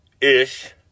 ish